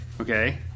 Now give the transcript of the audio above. okay